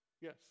yes